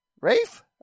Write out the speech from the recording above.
Rafe